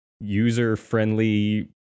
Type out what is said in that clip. user-friendly